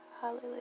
hallelujah